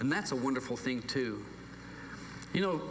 and that's a wonderful thing to you know